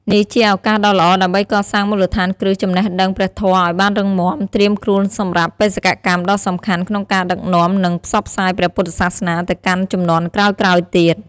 នេះជាឱកាសដ៏ល្អដើម្បីកសាងមូលដ្ឋានគ្រឹះចំណេះដឹងព្រះធម៌ឱ្យបានរឹងមាំ ត្រៀមខ្លួនសម្រាប់បេសកកម្មដ៏សំខាន់ក្នុងការដឹកនាំ និងផ្សព្វផ្សាយព្រះពុទ្ធសាសនាទៅកាន់ជំនាន់ក្រោយៗទៀត។